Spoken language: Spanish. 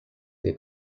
que